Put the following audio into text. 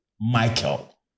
Michael